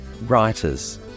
writers